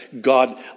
God